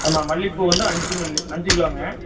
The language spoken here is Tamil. ஆமாம் மல்லிகைப்பூ வந்து அஞ்சு மல்லிகை அஞ்சு கிலோங்க